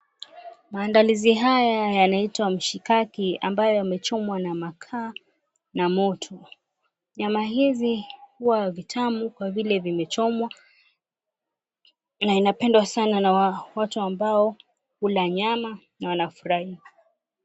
Maandalizi haya yanitwa mishikaki ambayo yamechomwa na makaa na moto. Nyama hizi huwa vitamu kwa vile vimechomwa na inapendwa sana na watu ambao hula nyama na wanafurahia.